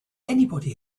anybody